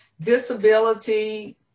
Disability